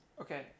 Okay